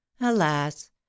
alas